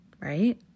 right